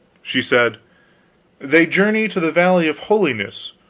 she said they journey to the valley of holiness,